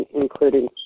including